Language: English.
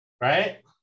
right